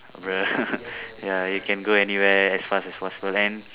ya you can go anywhere as fast as possible then